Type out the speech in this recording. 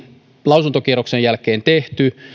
lausuntokierroksen jälkeen tehty